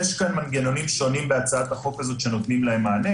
יש כאן מנגנונים שונים בהצעת החוק הזאת שנותנים להם מענה,